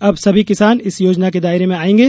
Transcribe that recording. अब सभी किसान इस योजना के दायरे में आयेंगे